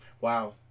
wow